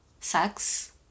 sex